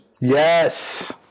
Yes